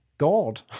god